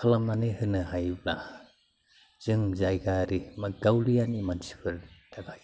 खालामनानै होनो हायोब्ला जों जायगायारि बा गावलियानि मानसिफोरनि थाखाय